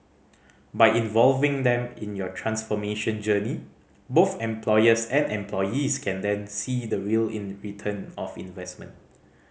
by involving them in your transformation journey both employers and employees can then see the real in return of investment